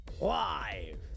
live